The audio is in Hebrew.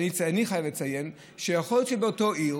אני חייב לציין שיכול להיות שבאותה עיר,